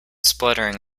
spluttering